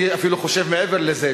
אני אפילו חושב מעבר לזה,